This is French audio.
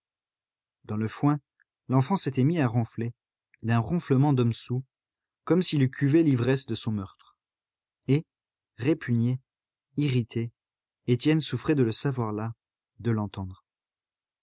dans le foin l'enfant s'était mis à ronfler d'un ronflement d'homme soûl comme s'il eût cuvé l'ivresse de son meurtre et répugné irrité étienne souffrait de le savoir là de l'entendre